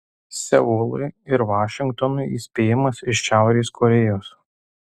seului ir vašingtonui įspėjimas iš šiaurės korėjos